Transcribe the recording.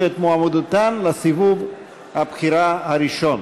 את מועמדותן לסיבוב הבחירה הראשון.